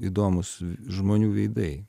įdomūs žmonių veidai